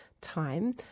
time